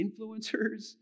influencers